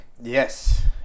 Yes